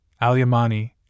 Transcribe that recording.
al-Yamani